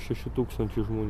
šeši tūkstančiai žmonių